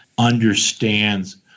understands